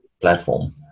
platform